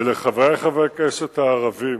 ולחברי חברי הכנסת הערבים,